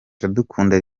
iradukunda